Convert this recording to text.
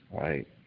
right